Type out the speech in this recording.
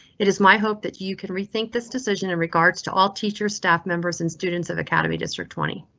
it is my hope that you can rethink this decision in regards to all teachers, staff members, and students of academy district twenty.